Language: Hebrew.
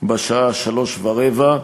בשעה 15:15,